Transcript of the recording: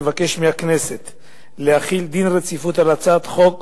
לבקש מהכנסת להחיל דין רציפות על הצעת חוק